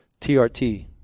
trt